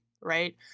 right